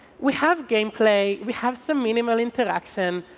we have game play, we have some minimal interaction,